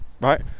right